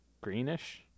greenish